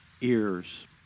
ears